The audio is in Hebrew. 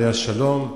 עליה השלום,